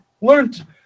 learned